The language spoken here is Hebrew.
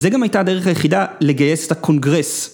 זה גם הייתה הדרך היחידה לגייס את הקונגרס.